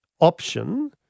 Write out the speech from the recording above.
option